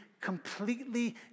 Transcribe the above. completely